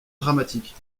dramatique